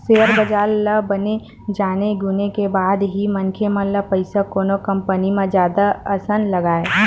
share बजार ल बने जाने गुने के बाद ही मनखे ल पइसा कोनो कंपनी म जादा असन लगवाय